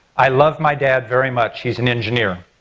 i love my dad very much, he's an engineer.